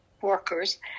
workers